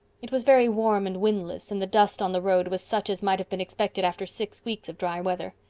it was very warm and windless, and the dust on the road was such as might have been expected after six weeks of dry weather.